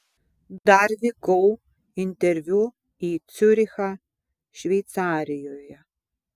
dar vykau interviu į ciurichą šveicarijoje